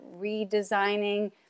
redesigning